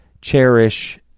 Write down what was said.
cherish